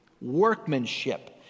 workmanship